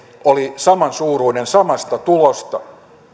oli samansuuruinen samasta tulosta